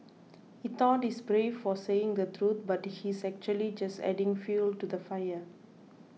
he thought he's brave for saying the truth but he's actually just adding fuel to the fire